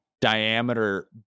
diameter